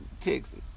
Texas